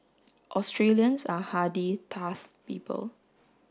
Australians are hardy tough people